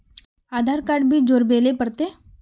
आधार card भी जोरबे ले पड़ते?